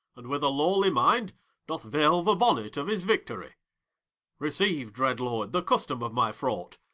and with a lowly mind doth vale the bonnet of his victory receive, dread lord, the custom of my fraught,